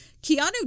Keanu